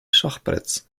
schachbretts